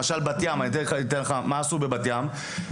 למשל, בת ים, מה עשו בבת ים?